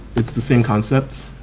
it's the same concept.